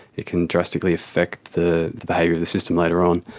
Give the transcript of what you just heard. it can drastically affect the the behaviour of the system later on.